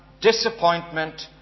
disappointment